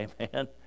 amen